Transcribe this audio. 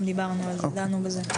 גם דנו על זה.